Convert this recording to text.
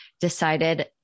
decided